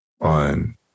on